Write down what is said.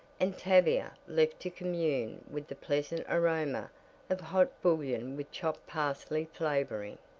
and tavia left to commune with the pleasant aroma of hot bouillon with chopped parsley flavoring.